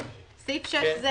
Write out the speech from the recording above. סעיף 7 זה